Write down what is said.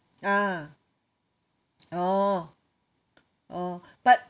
ah oh oh but